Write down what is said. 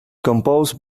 composed